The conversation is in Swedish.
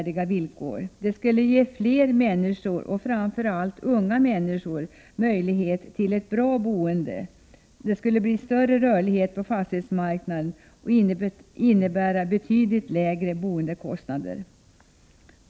Det skulle ge fler människor, framför allt unga människor, möjlighet till ett bra boende, skapa större rörlighet på fastighetsmarknaden och innebära betydligt lägre boendekostnader.